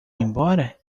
embora